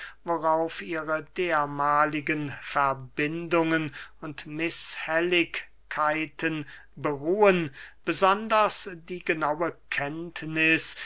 worauf ihre dermahligen verbindungen und mißhelligkeiten beruhen besonders die genaue kenntniß